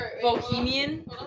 Bohemian